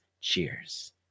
cheers